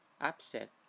upset